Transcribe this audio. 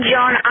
John